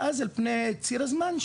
ואז על פני ציר הזמן,